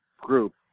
group